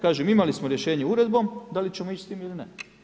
Kažem, imali smo rješenje uredbom da li ćemo ići s tim ili ne?